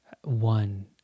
One